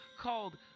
called